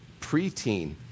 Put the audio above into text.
preteen